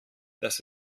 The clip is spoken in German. dass